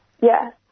Yes